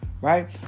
right